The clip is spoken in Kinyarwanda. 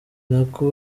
nako